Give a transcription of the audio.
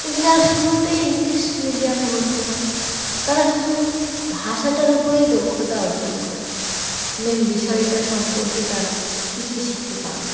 কিন্তু যারা শুরুতেই ইংলিশ মিডিয়ামে ভর্তি হয় তারা শুধু ভাষাটার উপরেই দক্ষতা অর্জন করে মেন বিষয়টা সম্পর্কে তারা কিছুই শিখতে পারে না